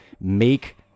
make